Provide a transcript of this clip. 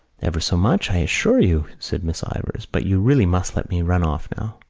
ever so much, i assure you, said miss ivors, but you really must let me run off now.